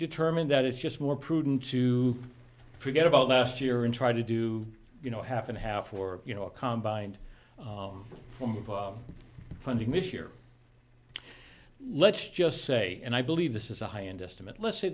determined that it's just more prudent to forget about last year and try to do you know half and half or you know a combine and form funding this year let's just say and i believe this is a high end us to meet let's s